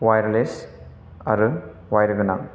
wireless आरो wire गोनां